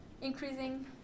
Increasing